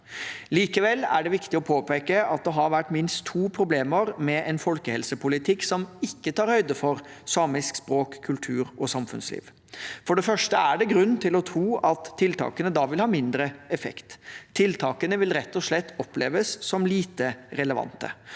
Likevel er det viktig å påpeke at det har vært minst to problemer med en folkehelsepolitikk som ikke tar høyde for samisk språk, kultur og samfunnsliv. For det første er det grunn til å tro at tiltakene da vil ha mindre effekt. Tiltakene vil rett og slett oppleves som lite relevante.